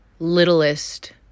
littlest